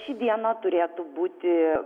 ši diena turėtų būti